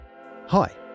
Hi